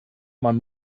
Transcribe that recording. man